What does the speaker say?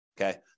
okay